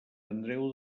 andreu